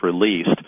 released